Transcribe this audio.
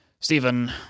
Stephen